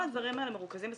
כל הדברים האלה מרוכזים,